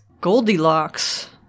Goldilocks